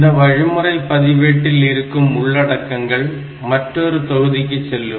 இந்த வழிமுறை பதிவேட்டில் இருக்கும் உள்ளடக்கங்கள் மற்றொரு தொகுதிக்கு செல்லும்